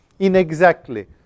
inexactly